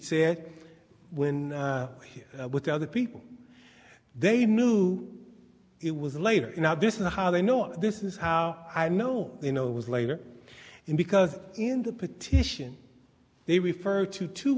said when you hear with other people they knew it was later now this is how they know this is how i know you know it was later because in the petition they referred to two